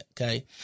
Okay